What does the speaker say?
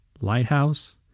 lighthouse